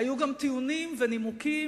היו גם טיעונים ונימוקים,